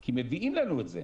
כי מביאים לנו את זה.